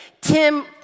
Tim